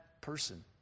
person